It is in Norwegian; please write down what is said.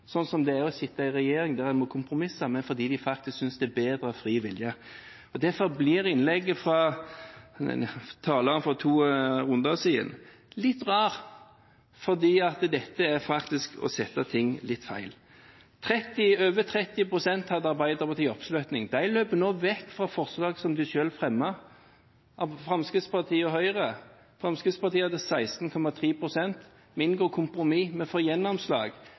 sånn som det er å sitte i regjering, der vi kompromisser, men fordi de faktisk, av fri vilje, synes det er bedre. Derfor blir innlegget fra taleren for to runder siden litt rart, fordi dette faktisk er å sette ting i litt feil perspektiv. Over 30 pst. hadde Arbeiderpartiet i oppslutning. De løper nå vekk fra forslag som de selv fremmet, revidert av Fremskrittspartiet og Høyre. Fremskrittspartiet hadde